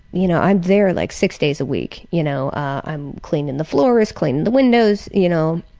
you know, i'm there like six days a week. you know i'm cleaning the floors, cleaning the windows, you know,